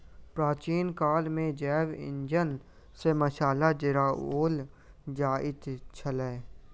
प्राचीन काल मे जैव इंधन सॅ मशाल जराओल जाइत छलै